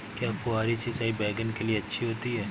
क्या फुहारी सिंचाई बैगन के लिए अच्छी होती है?